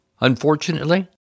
Unfortunately